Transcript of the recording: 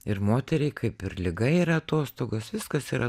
ir moteriai kaip ir liga yra atostogos viskas yra